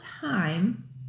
time